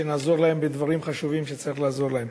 שנעזור להם בדברים חשובים שצריך לעזור להם.